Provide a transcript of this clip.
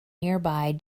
nearby